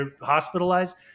hospitalized